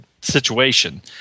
situation